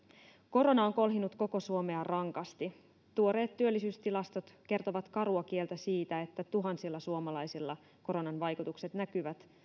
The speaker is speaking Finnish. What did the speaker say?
korona on kolhinut koko suomea rankasti tuoreet työllisyystilastot kertovat karua kieltä siitä että tuhansilla suomalaisilla koronan vaikutukset näkyvät